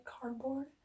cardboard